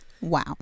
Wow